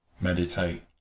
meditate